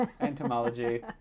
Entomology